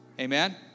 Amen